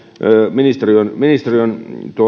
ministeriön ministeriön